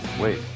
wait